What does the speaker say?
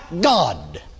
God